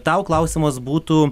tau klausimas būtų